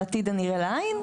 בעתיד הנראה לעין,